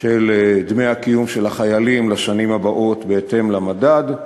של דמי הקידום של החיילים בשנים הבאות בהתאם למדד,